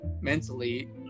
mentally